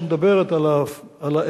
כשאת מדברת על ה-FFV,